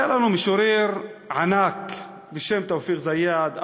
היה לנו משורר ענק בשם תופיק זיאד,